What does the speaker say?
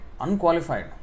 unqualified